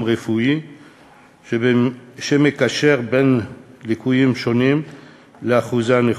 רפואי שמקשר בין ליקויים שונים לאחוזי הנכות,